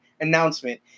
announcement